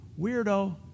Weirdo